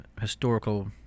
historical